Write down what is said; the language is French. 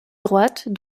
droite